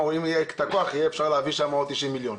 אומרים: יהיה את הכוח ויהיה אפשר להביא עוד 90 מיליון.